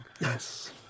Yes